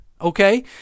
Okay